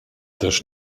też